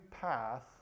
path